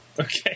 Okay